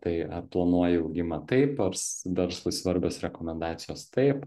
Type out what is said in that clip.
tai ar planuoji augimą taip ars verslui svarbios rekomendacijos taip